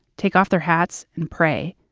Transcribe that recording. take off their hats, and pray.